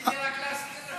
רציתי רק להזכיר לך.